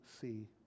see